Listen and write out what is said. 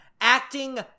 acting